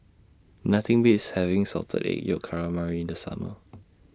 Nothing Beats having Salted Egg Yolk Calamari in The Summer